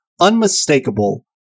unmistakable